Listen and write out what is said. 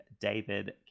David